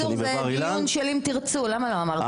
בקיצור זה דיון של 'אם תרצו', למה לא אמרתם?